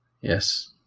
Yes